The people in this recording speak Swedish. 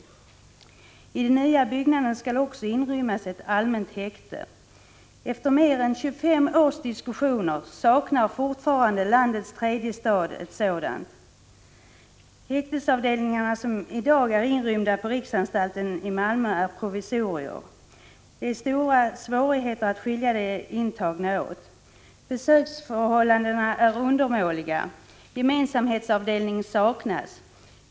I den nya byggnaden skall också inrymmas ett allmänt häkte. Efter mer än 25 års diskussioner saknar fortfarande landets tredje stad ett sådant. 53 Häktesavdelningarna, som i dag är inrymda på riksanstalten i Malmö, är provisorier. Det är stora svårigheter att skilja de intagna åt. Besöksförhållandena är undermåliga och gemensamhetsavdelning saknas.